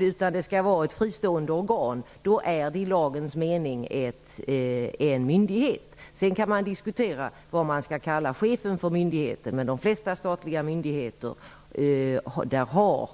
utan det skall vara ett fristående organ är detta organ i lagens mening en myndighet. Sedan kan man diskutera vad man skall kalla myndighetens chef, men när det gäller de flesta statliga myndigheter har